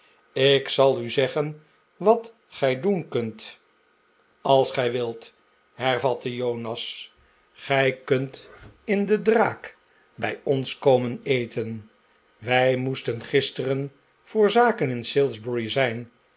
ik zal u zeggen wat gij doen kunt als gij wilt hervatte jonas gij kunt in de draak bij ons komen eten wij moesten gisteren voor zaken in salisbury zijn